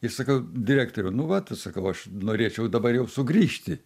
ir sakau direktoriau nu vat sakau aš norėčiau dabar jau sugrįžti